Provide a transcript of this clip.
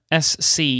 SC